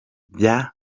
bya